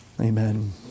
Amen